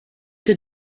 que